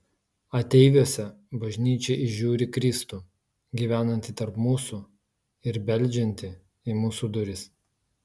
ateiviuose bažnyčia įžiūri kristų gyvenantį tarp mūsų ir beldžiantį į mūsų duris